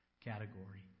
category